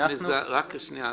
רק שנייה.